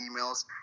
emails